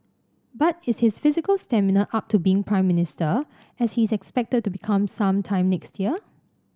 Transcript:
but is his physical stamina up to being Prime Minister as he is expected to become some time next year